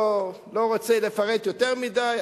אני לא רוצה לפרט יותר מדי,